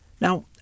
Now